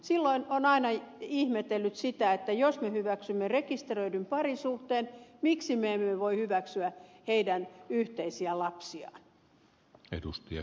silloin on aina ihmetellyt sitä että jos me hyväksymme rekisteröidyn parisuhteen miksi me emme voi hyväksyä heidän yhteisiä lapsiaan